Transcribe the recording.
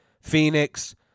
Phoenix